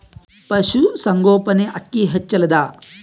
ಪಶುಸಂಗೋಪನೆ ಅಕ್ಕಿ ಹೆಚ್ಚೆಲದಾ?